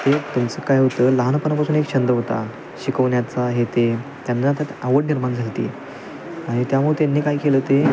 ते त्यांचं काय होतं लहानपणापासून एक छंद होता शिकवण्याचा हे ते त्यांना त्यात आवड निर्माण झाली होती आणि त्यामुळे त्यांनी काय केलं ते